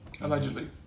Allegedly